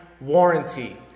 warranty